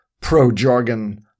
pro-jargon